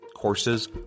Courses